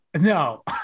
No